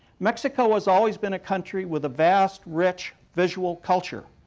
mexico has always been a country with a vast, rich visual culture.